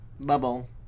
Bubble